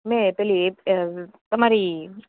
મેં પેલી એપ તમારી